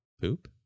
poop